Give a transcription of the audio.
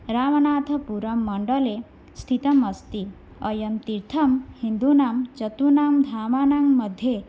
रामनाथपुरं मण्डले स्थितम् अस्ति अयं तीर्थं हिन्दूनां चतुर्णां धाम्नां मध्ये